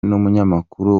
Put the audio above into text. n’umunyamakuru